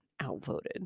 outvoted